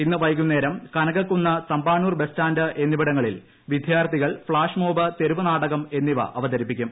ഇന്ന് വൈകുന്നേരം Kanakakkunnu Thampanoor bus stand എന്നിവിടങ്ങളിൽ വിദ്യാർത്ഥികൾ ഫ്ളാഷ് മോബ് തെരുവുനാടകം എന്നിവ ് അവ്തരിപ്പിക്കും